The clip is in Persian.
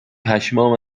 پشمام